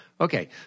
okay